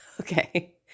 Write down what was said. Okay